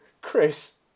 Chris